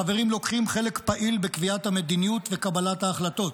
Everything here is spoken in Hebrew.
החברים לוקחים חלק פעיל בקביעת המדיניות וקבלת ההחלטות